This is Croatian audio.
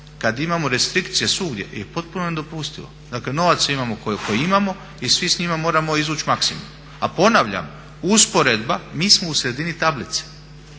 kada imamo restrikcije svugdje je potpuno nedopustivo. Dakle novaca imamo koliko imamo i svi s njima moramo izvući maksimum. A ponavljam, usporedba, mi smo u sredini tablice